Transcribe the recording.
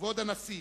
כבוד הנשיא,